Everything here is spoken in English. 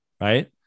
right